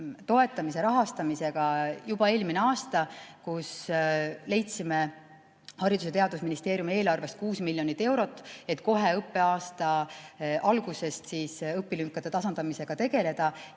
toetamise rahastamist juba eelmine aasta, kui leidsime Haridus- ja Teadusministeeriumi eelarvest 6 miljonit eurot, et kohe õppeaasta algusest õpilünkade tasandamisega tegeleda.